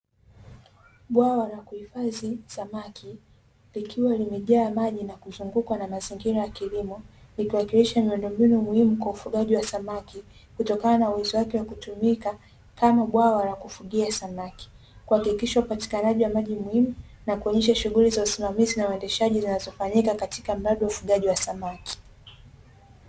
Bwawa la kuhifadhi samaki likiwa limejaa maji na kuzungukwa na mazingira ya kilimo likiwakilisha miundombinu muhimu kwa ufugaji wa samaki, kutoka na urahisi wake kutumika kama bwala la kufugia samaki kuhakikisha upatikanaji wa maji muhimu na kuendesha shughuli ya usimamizi na uendeshaji katika mradi ufugaji wa samaki.